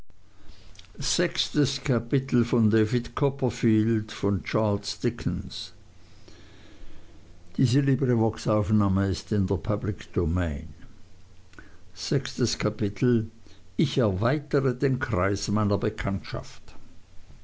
ich erweitere den kreis meiner bekanntschaft